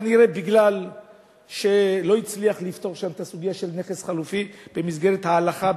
כנראה משום שלא הצליח לפתור שם את הסוגיה של נכס חלופי במסגרת ההלכה,